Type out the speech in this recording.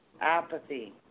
apathy